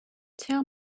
tell